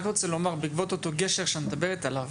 בעקבות אותו גשר שאת מדברת עליו,